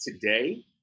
today